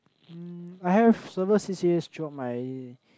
mm I have several c_c_as throughout my